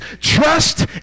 Trust